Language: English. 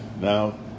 Now